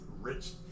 rich